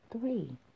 three